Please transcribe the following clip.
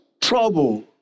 trouble